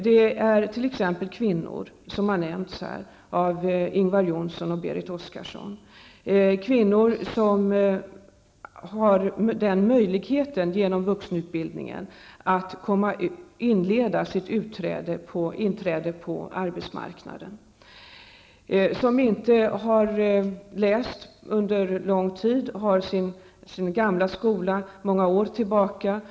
Det är, som Ingvar Johnsson och Berit Oscarsson sade, t.ex. kvinnor, de kvinnor som hittills genom vuxenutbildningen haft möjligheter att förbereda sitt inträde på arbetsmarknaden. Det är kvinnor som har sin skolutbildning långt tillbaka i tiden.